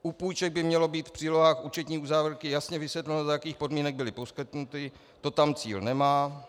U půjček by mělo být v přílohách účetní uzávěrky jasně vysvětleno, za jakých podmínek byly poskytnuty, to tam Cíl nemá.